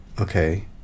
okay